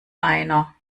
einer